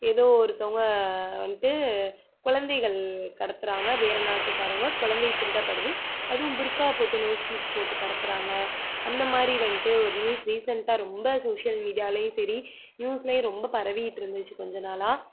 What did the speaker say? ஏதோ ஒருத்தங்க வந்துட்டு கொழந்தைகள் கடத்துகிறாங்க வேறு நாட்டுக்காரங்க கொழந்தை திருடப்படுது அதுவும் புர்க்கா போட்டு நோஸ் பீஸ் போட்டு கடத்துகிறாங்க அந்தமாதிரி வந்துட்டு ஒரு நியூஸ் ரீசெண்ட்டாக ரொம்ப சோஷியல் மீடியாவிலையும் சரி நியூஸ்லேயும் ரொம்ப பரவிட்டுருந்துச்சி கொஞ்சம் நாளாக